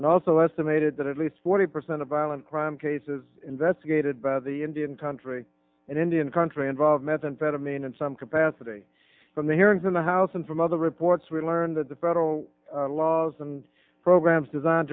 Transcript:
and also estimated that at least forty percent of violent crime cases investigated by the indian country in indian country involve methamphetamine in some capacity from the hearings in the house and from other reports we learned that the federal laws and programs designed